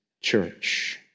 church